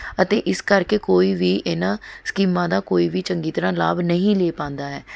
ਅਤੇ ਇਸ ਕਰਕੇ ਕੋਈ ਵੀ ਇਨ੍ਹਾਂ ਸਕੀਮਾਂ ਦਾ ਕੋਈ ਵੀ ਚੰਗੀ ਤਰ੍ਹਾਂ ਲਾਭ ਨਹੀਂ ਲੈ ਪਾਉਂਦਾ ਹੈ